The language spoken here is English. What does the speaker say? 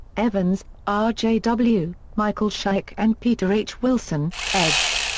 evans, r. j. w, michael schaich and peter h. wilson, eds.